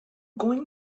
going